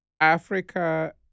Africa